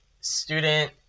student